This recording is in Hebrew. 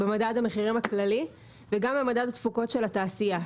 במדד המחירים הכללי וגם במדד התפוקות של התעשייה,